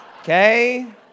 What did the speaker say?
okay